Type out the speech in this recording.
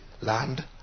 land